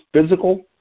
physical